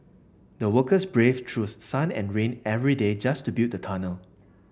the workers braved through sun and rain every day just to build the tunnel